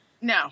No